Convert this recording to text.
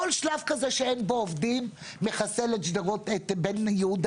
כול שלב כזה שאין בו עובדים מחסל את בן-יהודה